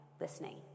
listening